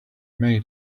many